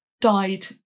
died